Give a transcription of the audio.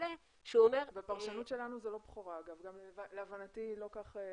בפרשנות שלנו, אגב, זאת לא בכורה.